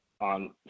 on